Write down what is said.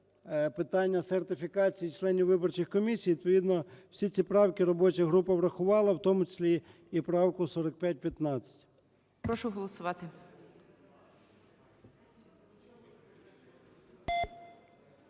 питання сертифікації членів виборчих комісій. Відповідно всі ці правки робоча група врахувала, в тому числі і правку 4515.